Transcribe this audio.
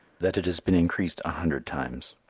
that it has been increased a hundred times.